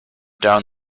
down